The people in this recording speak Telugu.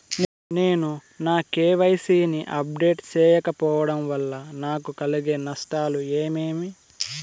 నేను నా కె.వై.సి ని అప్డేట్ సేయకపోవడం వల్ల నాకు కలిగే నష్టాలు ఏమేమీ?